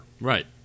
right